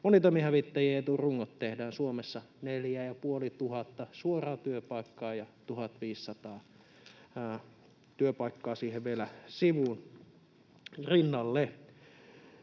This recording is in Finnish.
monitoimihävittäjien eturungot tehdään Suomessa, 4 500 suoraa työpaikkaa ja 1 500 työpaikkaa siihen vielä sivuun rinnalle.